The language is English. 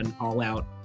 all-out